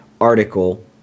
article